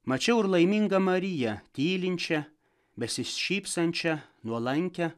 mačiau ir laimingą mariją tylinčią besišypsančią nuolankią